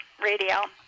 radio